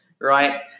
Right